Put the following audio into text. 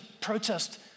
protest